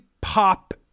pop